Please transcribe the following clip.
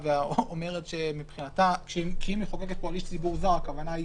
פה על איש ציבור זר הכוונה היא